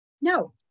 No